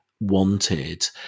wanted